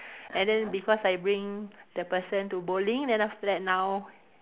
and then because I bring the person to bowling then after that now